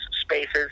spaces